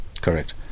Correct